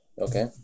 Okay